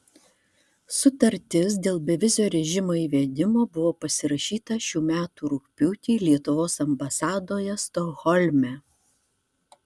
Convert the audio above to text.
sutartis dėl bevizio režimo įvedimo buvo pasirašyta šių metų rugpjūtį lietuvos ambasadoje stokholme